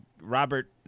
Robert